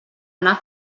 anar